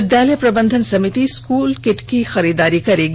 विद्यालय प्रबंधन समिति स्कूल किट की खरीदारी करेगी